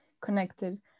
connected